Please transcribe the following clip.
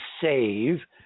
save